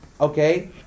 Okay